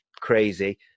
crazy